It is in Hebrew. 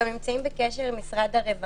גורמי המקצוע אצלנו גם נמצאים בקשר עם משרד הרווחה.